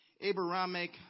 Abrahamic